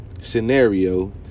scenario